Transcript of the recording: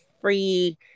free